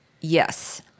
Yes